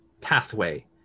pathway